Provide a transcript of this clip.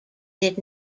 did